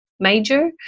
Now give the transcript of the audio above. major